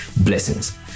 blessings